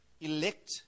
elect